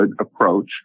approach